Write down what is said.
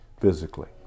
physically